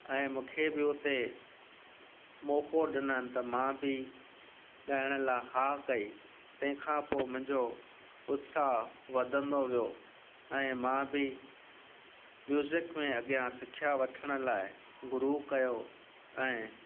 ऐं मूंखे बि हुते मौक़ो ॾियनि त मां बि ॻाइण लाइ हा कई तंहिंखां पोइ मुंहिंजो उत्साह वधंदो वियो ऐं मां बि म्यूज़िक में अॻियां शिक्षा वठण लाइ गुरू कयो ऐं